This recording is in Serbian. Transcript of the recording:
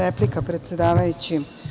Replika, predsedavajući.